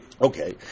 Okay